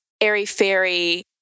airy-fairy